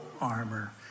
armor